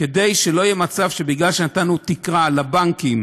כדי שלא יהיה מצב שמכיוון שנתנו תקרה לבנקים,